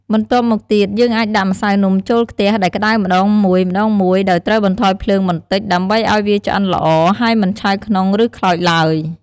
បន្ទាប់មកទៀត យើងអាចដាក់ម្សៅនំចូលខ្ទះដែលក្តៅម្ដងមួយៗ ដោយត្រូវបន្ថយភ្លើងបន្តិច ដើម្បីឱ្យវាឆ្អិនល្អ ហើយមិនឆៅក្នុង ឬខ្លោចទ្បើយ។